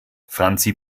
franzi